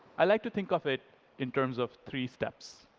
i like to think of it in terms of three steps.